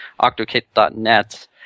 octokit.net